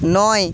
নয়